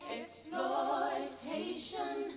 exploitation